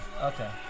Okay